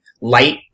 light